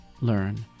learn